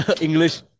English